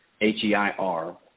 H-E-I-R